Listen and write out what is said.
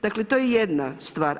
Dakle, to je jedna stvar.